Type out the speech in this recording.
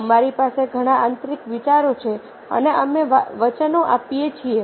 અમારી પાસે ઘણા આંતરિક વિચારો છે અને અમે વચનો આપીએ છીએ